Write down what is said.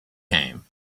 came